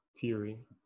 theory